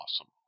awesome